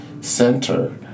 center